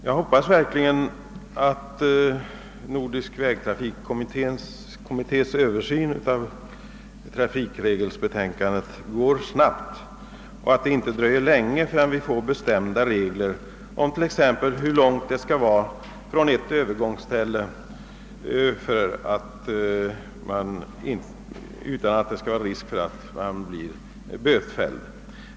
Jag hoppas verkligen att Nordisk vägtrafikkommittés översyn av trafikregelsbetänkandet går snabbt och att det inte dröjer länge förrän vi får bestämda regler exempelvis för hur långt det skall vara till ett övergångsställe för att man inte skall behöva riskera att bli bötfälld om man korsar gatan.